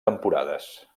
temporades